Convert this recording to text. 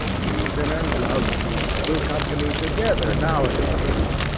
reason and love keep little company together now-a-days.